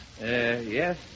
Yes